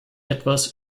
etwas